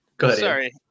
Sorry